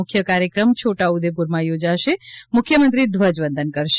મુખ્ય કાર્યક્રમ છોટાઉદેપુરમાં યોજાશે મુખ્યમંત્રી ધ્વજવંદન કરશે